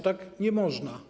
Tak nie można.